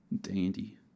Dandy